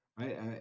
right